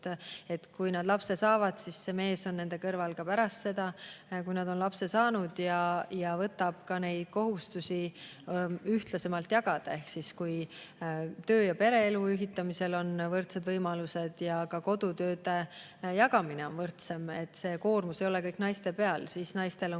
kui nad lapse saavad, siis see mees on nende kõrval ka pärast seda, kui nad on lapse saanud, ja võtab ka neid kohustusi ühtlasemalt jagada. Ehk kui töö‑ ja pereelu ühitamisel on võrdsed võimalused ja ka kodutööde jagamine on võrdsem. Kui see koormus ei ole kõik naiste peal, siis naistel on